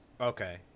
okay